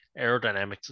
aerodynamics